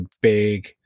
big